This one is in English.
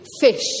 fish